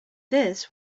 this